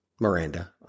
Miranda